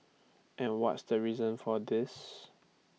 and what's the reason for this